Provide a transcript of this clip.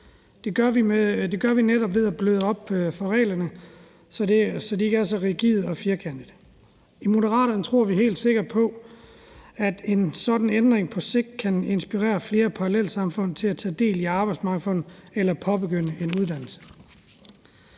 Det gør vi netop ved at bløde op på reglerne, så de ikke er så rigide og firkantede. I Moderaterne tror vi helt sikker på, at en sådan ændring på sigt kan inspirere flere fra parallelsamfund til at tage del i arbejdsmarkedet eller påbegynde en uddannelse.